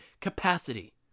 capacity